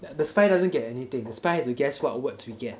the spy doesn't get anything the spy has to guess what words we get